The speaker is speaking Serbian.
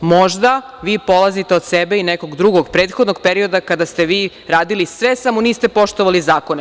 Možda vi polazite od sebe i nekog drugog prethodnog perioda kada ste vi radili sve samo niste poštovali zakone.